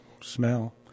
smell